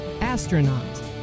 astronaut